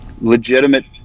legitimate